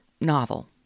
novel